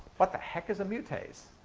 what the heck is a mutase?